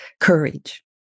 courage